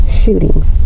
shootings